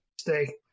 stay